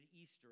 Easter